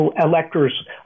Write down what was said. electors